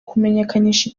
kumenyekanisha